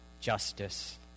justice